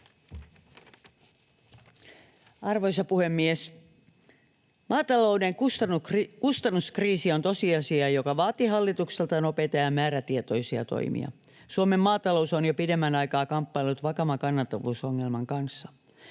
Arvoisa puhemies! Maatalouden kustannuskriisi on tosiasia, joka vaatii hallitukselta nopeita ja määrätietoisia toimia. Suomen maatalous on jo pidemmän aikaa kamppaillut vakavan kannattavuusongelman kanssa.